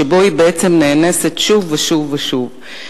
שבו היא בעצם נאנסת שוב ושוב ושוב.